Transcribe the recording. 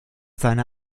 seine